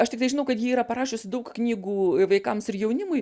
aš tiktai žinau kad ji yra parašiusi daug knygų vaikams ir jaunimui